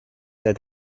that